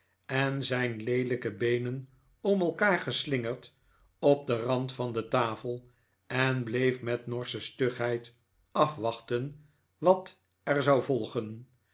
en zijn leelijke beenen om elkaar geslingerd op den rand van de tafel en bleef met norsche stugheid afwachten wat er zou volgen